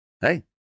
Hey